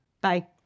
Bye